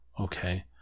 Okay